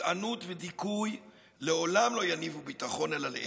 התאנות ודיכוי לעולם לא יניבו ביטחון אלא להפך,